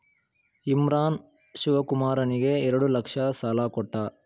ಇಮ್ರಾನ್ ಶಿವಕುಮಾರನಿಗೆ ಎರಡು ಲಕ್ಷ ಸಾಲ ಕೊಟ್ಟ